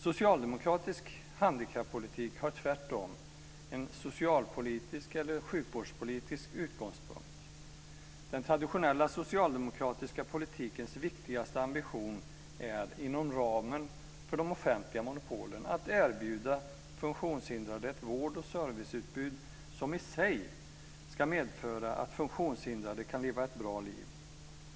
Socialdemokratisk handikappolitik har tvärtom en socialpolitisk eller sjukvårdspolitisk utgångspunkt. Den traditionella socialdemokratiska politikens viktigaste ambition är, inom ramen för de offentliga monopolen, att erbjuda funktionshindrade ett vård och serviceutbud som i sig ska medföra att funktionshindrade kan leva ett bra liv.